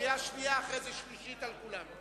בקריאה שנייה, ואחרי זה בקריאה שלישית על כולם.